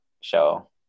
show